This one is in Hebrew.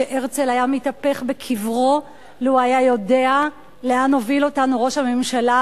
שהרצל היה מתהפך בקברו לו היה יודע לאן הוביל אותנו ראש הממשלה,